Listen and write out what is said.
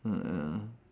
ah ah ah